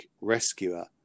rescuer